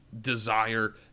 desire